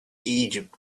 egypt